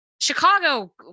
Chicago